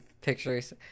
pictures